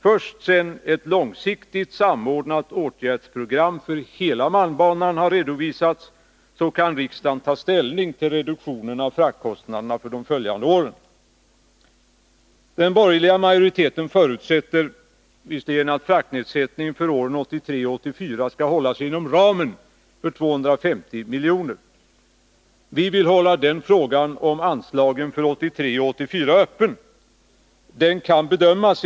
Först sedan ett långsiktigt, samordnat åtgärdsprogram för hela malmbanan har redovisats, kan riksdagen ta ställning till reduktionerna av fraktkostnaderna Nr 53 för de följande åren. Den borgerliga majoriteten förutsätter att fraktnedsättningen för åren 1983-1984 skall hålla sig inom ramen 250 miljoner. Vi vill hålla frågan om anslaget till 1983 och 1984 öppen.